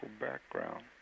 background